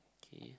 okay